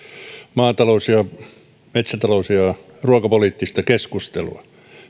maatalous ja metsätalous ja ruokapoliittista keskustelua